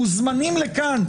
מוזמנים לכאן,